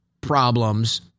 problems